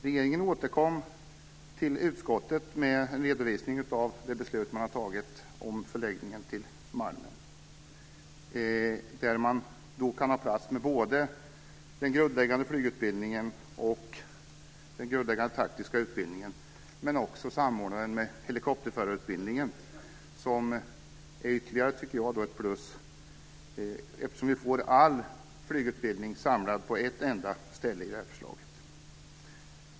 Regeringen återkom till utskottet med en redovisning av det beslut man tagit om förläggningen till Malmen. Där kan man få plats med både den grundläggande flygutbildningen och den grundläggande taktiska utbildningen. Man kan också samordna flygutbildningen med helikopterförarutbildningen. Detta tycker jag är ytterligare ett plus. Genom detta förslag får vi all flygutbildning samlad på ett enda ställe.